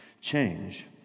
change